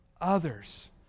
others